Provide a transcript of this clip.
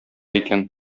икән